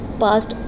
past